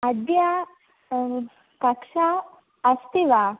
अद्य कक्षा अस्ति वा